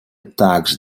также